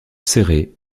serré